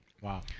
Wow